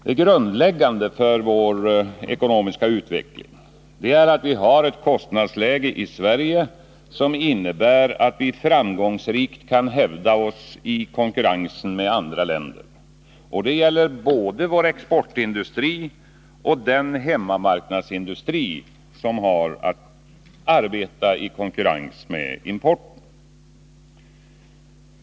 Det grundläggande för vår ekonomiska utveckling är att vi har ett kostnadsläge i Sverige som innebär att vi framgångsrikt kan hävda oss i konkurrensen med andra länder. Det gäller både vår exportindustri och den hemmamarknadsindustri som arbetar i konkurrens med importen.